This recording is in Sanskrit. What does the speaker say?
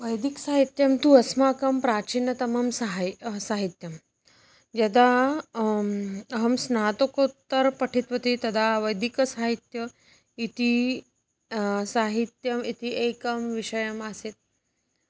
वैदिकसाहित्यं तु अस्माकं प्राचीनतमं साहि साहित्यं यदा अहं स्नातकोत्तरं पठितवती तदा वैदिकसाहित्यम् इति साहित्यम् इति एकः विषयः आसीत्